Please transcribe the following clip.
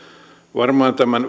varmaan tämän